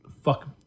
fuck